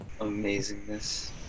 Amazingness